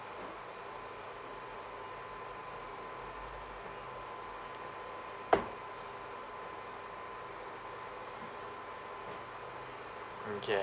okay